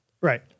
right